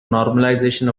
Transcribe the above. normalization